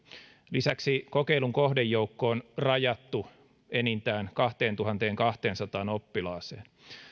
lisäksi kokeilun kohdejoukko on rajattu enintään kahteentuhanteenkahteensataan oppilaaseen